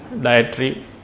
dietary